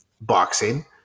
boxing